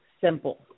simple